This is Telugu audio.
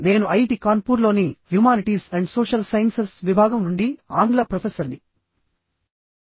నేను ఐఐటి కాన్పూర్లోని హ్యుమానిటీస్ అండ్ సోషల్ సైన్సెస్ విభాగం నుండి ఆంగ్ల ప్రొఫెసర్ని